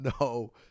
No